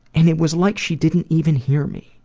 and it was like she didn't even hear me.